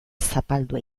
zapaldua